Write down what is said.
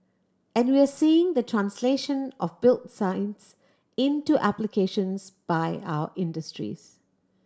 and we are seeing the translation of built science into applications by our industries